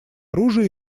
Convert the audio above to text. оружие